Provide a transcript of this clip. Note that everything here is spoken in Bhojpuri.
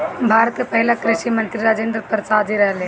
भारत के पहिला कृषि मंत्री राजेंद्र प्रसाद जी रहले